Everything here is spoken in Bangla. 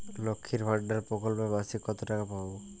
লক্ষ্মীর ভান্ডার প্রকল্পে মাসিক কত টাকা পাব?